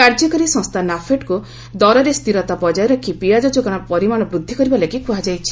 କାର୍ଯ୍ୟକାରୀ ସଂସ୍ଥା ନାଫେଡ୍କୁ ଦରରେ ସ୍ଥିରତା ବଜାୟ ରଖି ପିଆଜ ଯୋଗାଣ ପରିମାଣ ବୃଦ୍ଧି କରିବା ଲାଗି କୁହାଯାଇଛି